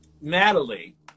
Natalie